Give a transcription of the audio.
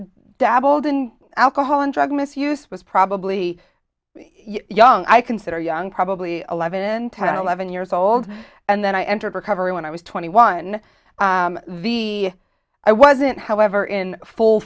dabbled in alcohol and drug misuse was probably young i consider young probably eleven total levon years old and then i entered recovery when i was twenty one the i wasn't however in full